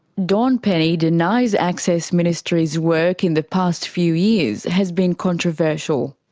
dawn penney denies access ministries' work in the past few years has been controversial.